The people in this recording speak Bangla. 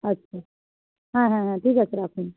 আচ্ছা হ্যাঁ হ্যাঁ হ্যাঁ ঠিক আছে রাখুন